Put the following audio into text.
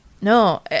No